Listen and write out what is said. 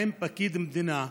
האם פקיד במדינה,